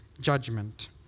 judgment